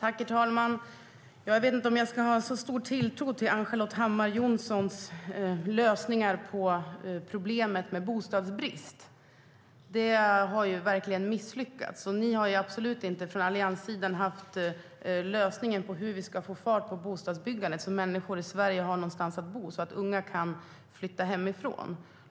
Herr talman! Jag vet inte om jag har särskilt stor tilltro till Ann-Charlotte Hammar Johnssons lösningar på bostadsbristen. Ni har ju misslyckats. Alliansen har absolut inte haft någon lösning på hur vi ska få fart på bostadsbyggandet så att människor i Sverige har någonstans att bo och unga kan flytta hemifrån.